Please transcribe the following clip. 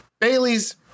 Bailey's